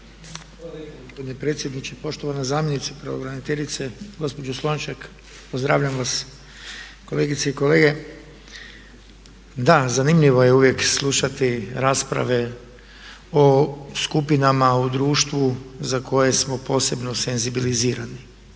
gospodine predsjedniče. Poštovana zamjenice pravobraniteljice, gospođo Slonjšak pozdravljam vas. Kolegice i kolege da zanimljivo je uvijek slušati rasprave o skupinama u društvu za koje smo posebno senzibilizirani